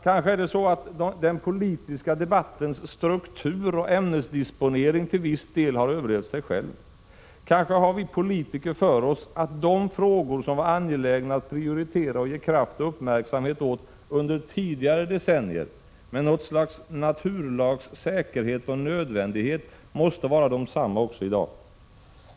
Kanske är det så att den politiska debattens struktur och ämnesdisponering till viss del har överlevt sig själv. Kanske har vi politiker för oss att de frågor som var angelägna att prioritera, att ge kraft och uppmärksamhet åt under tidigare decennier med något slags naturlags säkerhet och nödvändighet måste vara desamma också i dag.